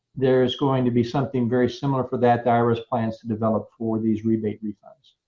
there is going to be something very similar for that the irs plans to develop for these rebate refunds.